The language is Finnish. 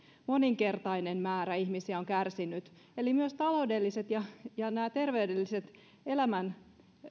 moninkertainen määrä ihmisiä on kärsinyt eli myöskään nämä taloudelliset ja ja terveydelliset elämän